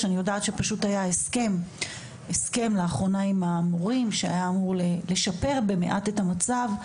אני יודעת שהיה הסכם לאחרונה עם המורים שהיה אמור לשפר במעט את המצב,